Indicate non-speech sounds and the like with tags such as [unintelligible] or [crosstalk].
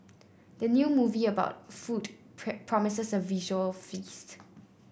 the new movie about food [unintelligible] promises a visual feast